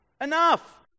Enough